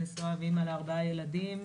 נשואה ואימא לארבעה ילדים.